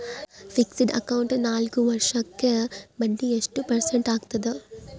Fixed account ನಾಲ್ಕು ವರ್ಷಕ್ಕ ಬಡ್ಡಿ ಎಷ್ಟು ಪರ್ಸೆಂಟ್ ಆಗ್ತದ?